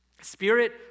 Spirit